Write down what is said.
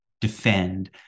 defend